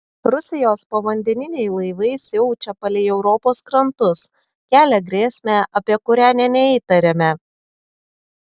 rusijos povandeniniai laivai siaučia palei europos krantus kelia grėsmę apie kurią nė neįtarėme